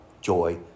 joy